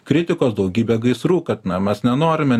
kritikos daugybę gaisrų kad na mes nenorime